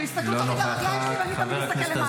שיסתכלו תמיד על הרגליים שלי ואני אסתכל למעלה.